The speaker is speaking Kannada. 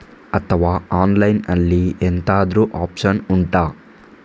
ಅಥವಾ ಆನ್ಲೈನ್ ಅಲ್ಲಿ ಎಂತಾದ್ರೂ ಒಪ್ಶನ್ ಉಂಟಾ